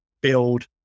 build